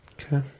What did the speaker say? okay